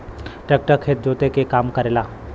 tractor खेत जोते क काम करेला